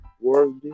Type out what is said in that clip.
worthy